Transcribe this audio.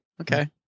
Okay